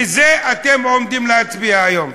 על זה אתם עומדים להצביע היום.